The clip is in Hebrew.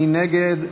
מי נגד?